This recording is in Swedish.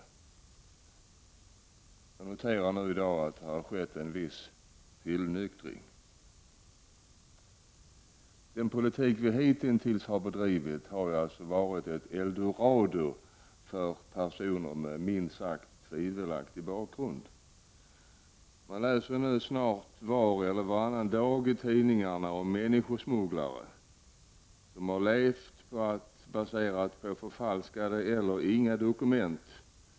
Jag noterar i dag att det har skett en viss tillnyktring. Den politik vi hitintills har bedrivit har inneburit ett eldorado för personer med minst sagt tvivelaktig bakgrund. Man läser snart var eller varannan dag i tidningarna om människosmugglare som har levt på att plocka folk till Sverige med förfalskade eller inga dokument.